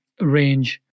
range